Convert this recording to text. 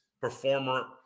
performer